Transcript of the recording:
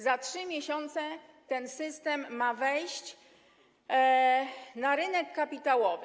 Za 3 miesiące ten system ma wejść na rynek kapitałowy.